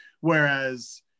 Whereas